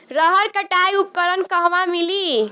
रहर कटाई उपकरण कहवा मिली?